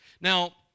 Now